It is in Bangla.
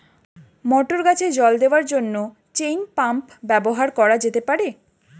মটর গাছে জল দেওয়ার জন্য চেইন পাম্প ব্যবহার করা যেতে পার?